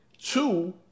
Two